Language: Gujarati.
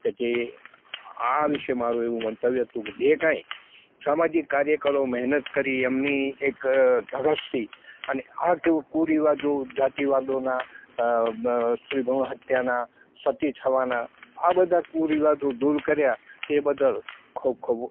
કે જે આ વિષે મારું એવું મંતવ્ય હતું કે જે કાંઈ સામાજિક કાર્યકરો મહેનત કરી એમની એક ધગશથી અને આ કુરિવાજો જાતિવાદોના સ્ત્રી ભ્રૂણ હત્યાના સતી થવાના આ બધા કુરિવાજો દૂર કર્યા એ બદલ ખૂબ ખૂબ